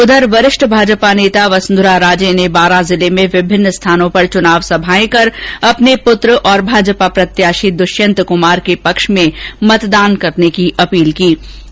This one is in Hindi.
उधर वरिष्ठ भाजपा नेता वसुंधरा राजे ने बारां जिले में विभिन्न स्थानों पर चुनावी सभाएं कर अपने पुत्र और भाजपा प्रत्याशी दृष्यंत कुमार के पक्ष मतदान करने की अपील कीं